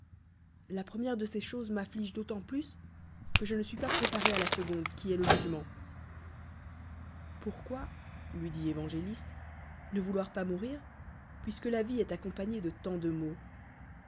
la première de ces œofes d j'afilige d'autant plus que jc ne suis pas préparé lt la seconde qni est le jugement pourquoi j lui dit évangélistc ne vouloir pas mourir puisque la vie est accompagnée de tant de mau